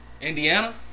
Indiana